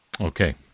Okay